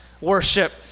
worship